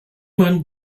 man